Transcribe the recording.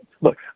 look